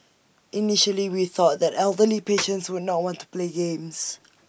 initially we thought that elderly patients would not want to play games